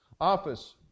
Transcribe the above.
office